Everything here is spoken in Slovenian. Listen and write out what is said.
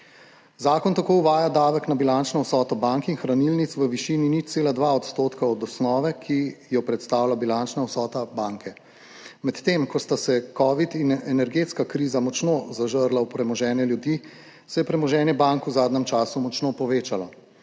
Zakon tako uvaja davek na bilančno vsoto bank in hranilnic v višini 0,2 % od osnove, ki jo predstavlja bilančna vsota banke. Medtem ko sta se covid in energetska kriza močno zažrla v premoženje ljudi, se je premoženje bank v zadnjem času močno povečalo.